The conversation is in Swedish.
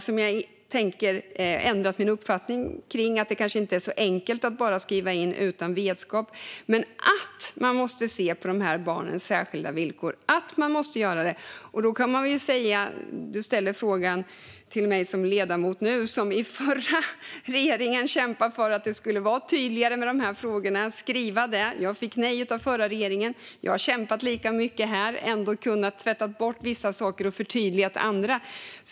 Jag har måhända ändrat min uppfattning där: Det kanske inte är så enkelt att bara skriva in utan vetskap. Men att man måste se till de här barnens särskilda villkor är helt klart. Du ställer frågan till mig som ledamot nu. Jag kämpade i den förra regeringen för att det skulle bli tydligare skrivningar i de här frågorna. Jag fick nej av den förra regeringen. Jag har kämpat lika mycket nu och ändå kunnat tvätta bort vissa saker och förtydligat andra.